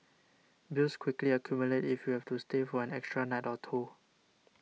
bills quickly accumulate if you have to stay for an extra night or two